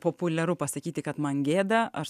populiaru pasakyti kad man gėda aš